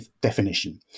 definition